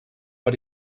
but